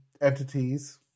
entities